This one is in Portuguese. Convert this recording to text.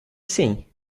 sim